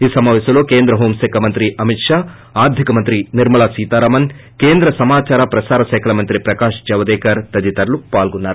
ఈ సమాపేశంలో కేంద్ర హోం శాఖమంత్రి అమిత్ షా ఆర్దిక శాఖ మంత్రి నిర్మలా సీతారామన్ కేంద్ర సమాచార ప్రసార శాఖ మంత్రి ప్రకాష్ జవదేకర్ తదితరులు పాల్గొన్నారు